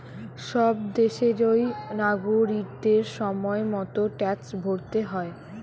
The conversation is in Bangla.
সব দেশেরই নাগরিকদের সময় মতো ট্যাক্স ভরতে হয়